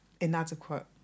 inadequate